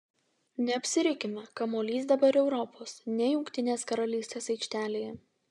neapsirikime kamuolys dabar europos ne jungtinės karalystės aikštelėje